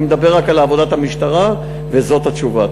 אני מדבר רק על עבודת המשטרה, וזאת התשובה.